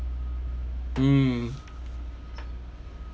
mm